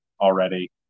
already